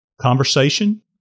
conversation